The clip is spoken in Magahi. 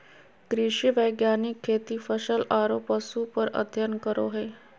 कृषि वैज्ञानिक खेती, फसल आरो पशु पर अध्ययन करो हइ